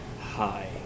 Hi